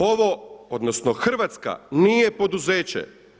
Ovo, odnosno Hrvatska nije poduzeće!